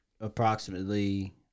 approximately